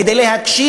כדי להגשים,